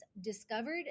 discovered